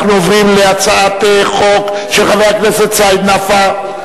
אנחנו עוברים להצעת חוק של חבר הכנסת סעיד נפאע,